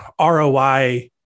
ROI